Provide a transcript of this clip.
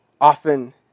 often